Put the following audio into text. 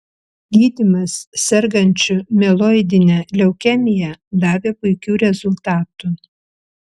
gydymas sergančių mieloidine leukemija davė puikių rezultatų